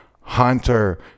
Hunter